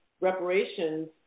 reparations